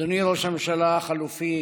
אדוני ראש הממשלה החליפי